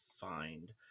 find